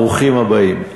ברוכים הבאים.